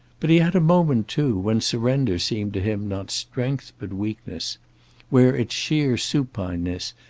but he had a moment, too, when surrender seemed to him not strength but weakness where its sheer supineness,